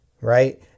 Right